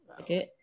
okay